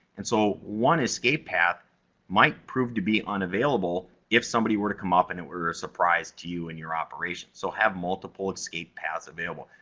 and so, one escape path might prove to be unavailable, if somebody were to come up, and and were a surprise to you and your operation. so, have multiple escape paths available.